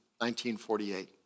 1948